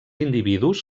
individus